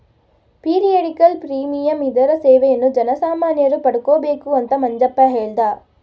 periodical premium ಇದರ ಸೇವೆಯನ್ನು ಜನಸಾಮಾನ್ಯರು ಪಡಕೊಬೇಕು ಅಂತ ಮಂಜಪ್ಪ ಹೇಳ್ದ